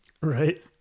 right